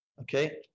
okay